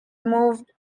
move